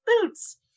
boots